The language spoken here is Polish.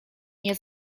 nie